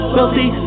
Wealthy